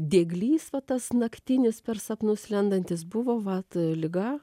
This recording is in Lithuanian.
dieglys va tas naktinis per sapnus lendantis buvo vat liga